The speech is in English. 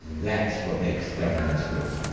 that's what makes governments move.